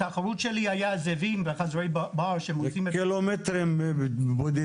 התחרות שלי הייתה עם זאבים וחזירי בר שמוצאים קילומטרים בודדים,